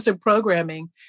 programming